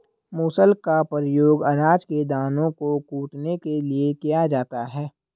मूसल का प्रयोग अनाज के दानों को कूटने के लिए किया जाता है